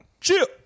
Chill